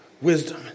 wisdom